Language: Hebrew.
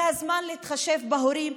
זה הזמן להתחשב בהורים,